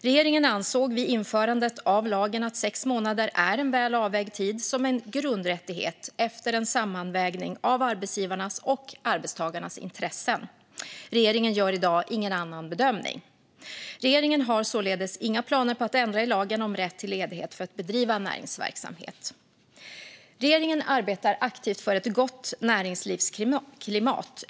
Regeringen ansåg vid införandet av lagen att sex månader är en väl avvägd tid som en grundrättighet efter en sammanvägning av arbetsgivarnas och arbetstagarnas intressen. Regeringen gör i dag ingen annan bedömning. Regeringen har således inga planer på att ändra i lagen om rätt till ledighet för att bedriva näringsverksamhet. Regeringen arbetar aktivt för ett gott näringslivsklimat.